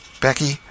Becky